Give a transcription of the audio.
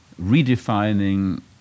redefining